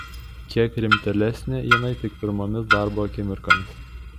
kiek rimtėlesnė jinai tik pirmomis darbo akimirkomis